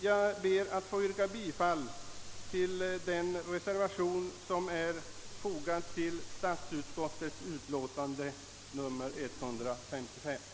Jag ber att få yrka bifall till den vid utlåtandet fogade reservationen av herr Axel Andersson m.fl.